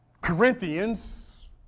Corinthians